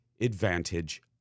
advantage